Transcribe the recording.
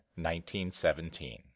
1917